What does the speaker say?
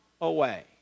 away